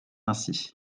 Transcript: ainsi